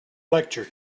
lecture